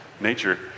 nature